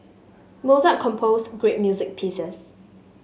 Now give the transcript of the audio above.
Mozart composed great music pieces